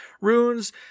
runes